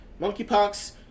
monkeypox